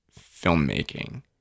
filmmaking